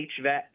HVAC